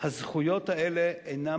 הזכויות האלה אינן